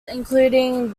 including